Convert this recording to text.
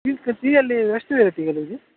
ಟೀಯಲ್ಲೀ ಎಷ್ಟು ವರೈಟಿಗಳಿವೆ